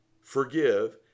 forgive